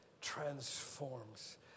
transforms